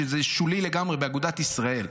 שזה שולי לגמרי באגודת ישראל,